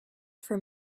for